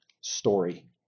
story